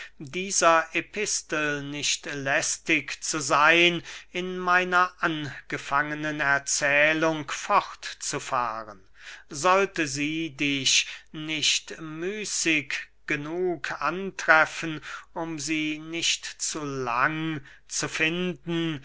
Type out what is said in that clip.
dieser epistel nicht lästig zu seyn in meiner angefangenen erzählung fortzufahren sollte sie dich nicht müßig genug antreffen um sie nicht zu lang zu finden